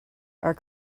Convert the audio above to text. our